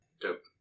Dope